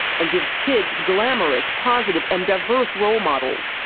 and gives kids glamorous, positive, and diverse role models.